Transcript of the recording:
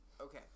okay